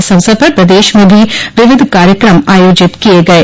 इस अवसर पर प्रदेश में भी विविध कार्यकम आयोजित किये गये